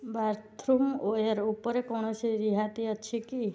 bathroomware ଉପରେ କୌଣସି ରିହାତି ଅଛି କି